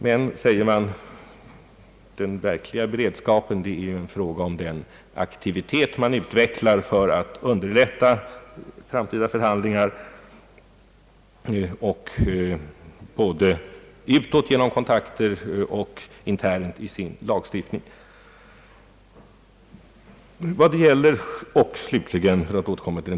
Men, säger man, den verkliga beredskapen är en fråga om den effektivitet man utvecklar för att underlätta framtida förhandlingar både utåt genom kontakter och internt genom lagstiftning.